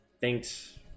Thanks